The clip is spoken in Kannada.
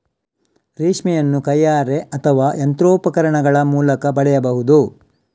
ರೇಷ್ಮೆಯನ್ನು ಕೈಯಾರೆ ಅಥವಾ ಯಂತ್ರೋಪಕರಣಗಳ ಮೂಲಕ ಪಡೆಯಬಹುದು